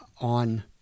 on